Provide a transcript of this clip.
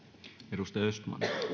arvoisa